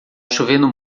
chovendo